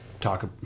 talk